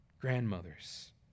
grandmothers